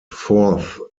fourth